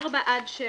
(4) עד (7).